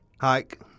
Hike